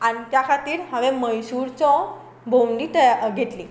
आनी त्या खातीर हांवें मैसुरचो भोवंडी तया घेतली